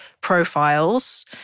profiles